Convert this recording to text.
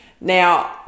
Now